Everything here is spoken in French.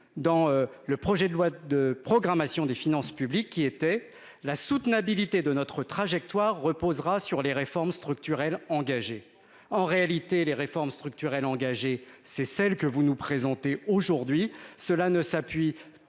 dans le projet de loi de programmation des finances publiques qui était la soutenabilité de notre trajectoire reposera sur les réformes structurelles engagées en réalité les réformes structurelles engagées, c'est celle que vous nous présentez aujourd'hui cela ne s'appuie